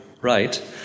right